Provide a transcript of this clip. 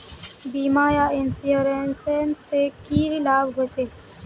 बीमा या इंश्योरेंस से की लाभ होचे?